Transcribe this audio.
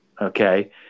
Okay